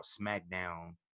SmackDown